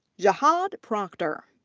jahaad proctor.